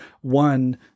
One